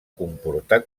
comportar